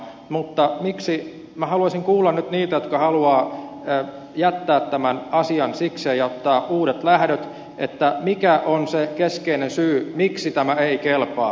mutta haluaisin kuulla nyt niiltä jotka haluavat jättää tämän asian sikseen ja ottaa uudet lähdöt mikä on se keskeinen syy miksi tämä nyt sovittu uudistus ei kelpaa